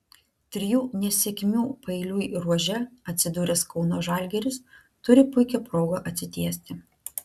trijų nesėkmių paeiliui ruože atsidūręs kauno žalgiris turi puikią progą atsitiesti